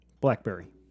Blackberry